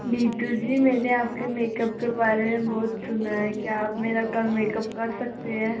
नीतू जी मैंने आपके मैकअप के बार में बहुत सुना है क्या आप मेरा कल मैकअप कर सकती हैं